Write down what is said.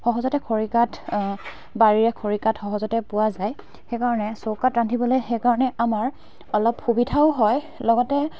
সহজতে খৰি কাঠ বাৰীৰে খৰি কাঠ সহজতে পোৱা যায় সেই কাৰণে চৌকাত ৰান্ধিবলে সেই কাৰণে আমাৰ অলপ সুবিধাও হয় লগতে